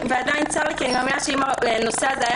ועדיין צר לי כי אני מאמינה שאם הנושא הזה היה